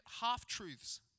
half-truths